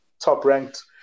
top-ranked